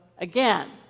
again